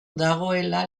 dagoela